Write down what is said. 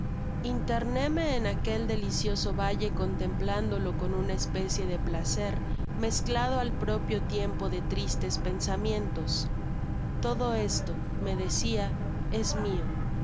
primavera interneme en aquel delicioso valle contemplándolo con una especie de placer mezclado al propio tiempo de tristes pensamientos todo esto me decía es mio